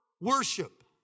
worship